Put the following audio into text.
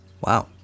Wow